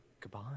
Goodbye